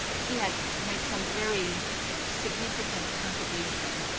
he had made some very significant contribution,